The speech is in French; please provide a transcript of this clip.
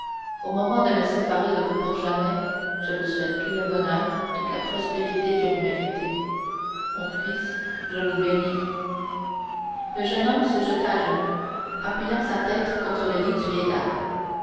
au moment de me séparer de vous pour jamais je vous souhaite tout le bonheur toute la prospérité que vous méritez mon fils je vous bénis le jeune homme se jeta à genoux appuyant sa tête contre le lit du vieillard